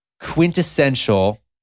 quintessential